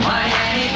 Miami